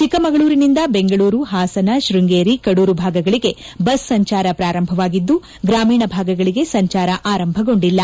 ಚಿಕ್ಕಮಗಳೂರಿನಿಂದ ಬೆಂಗಳೂರು ಹಾಸನ ಶೃಂಗೇರಿ ಕಡೂರು ಭಾಗಗಳಿಗೆ ಬಸ್ ಸಂಚಾರ ಪ್ರಾರಂಭವಾಗಿದ್ದು ಗ್ರಾಮೀಣ ಭಾಗಗಳಿಗೆ ಸಂಚಾರ ಆರಂಭಗೊಂಡಿಲ್ಲ